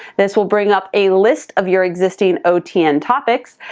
this will bring up a list of your existing otn topics.